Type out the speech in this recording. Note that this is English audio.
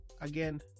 again